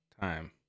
time